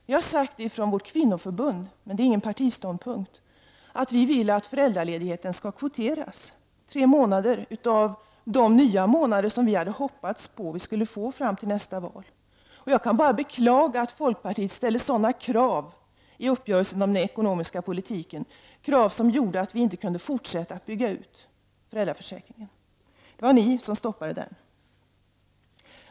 Vi har från vårt kvinnoförbund sagt, men det är ingen partiståndpunkt, att vi vill att tre månader av de ytterligare månader som vi hade hoppats att föräldraförsäkringen skulle utökas med före nästa val skall kvoteras. Jag kan bara beklaga att folkpartiet ställde sådana krav i uppgörelsen om den ekonomiska politiken att vi inte kunde fortsätta att bygga ut föräldraförsäkringen. Det var folkpartiet som stoppade den.